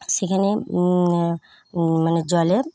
সেখানে মানে জলে